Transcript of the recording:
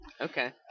Okay